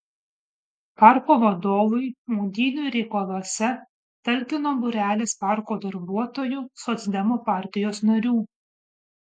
parko vadovui maudynių reikaluose talkino būrelis parko darbuotojų socdemų partijos narių